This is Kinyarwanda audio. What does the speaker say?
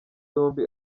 yombi